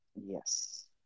Yes